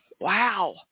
Wow